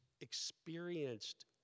experienced